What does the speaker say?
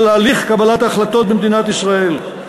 של הליך קבלת ההחלטות במדינת ישראל.